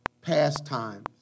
pastimes